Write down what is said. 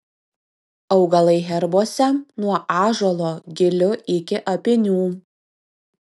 augalai herbuose nuo ąžuolo gilių iki apynių